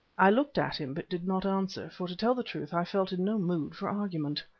i looked at him but did not answer, for to tell the truth i felt in no mood for argument.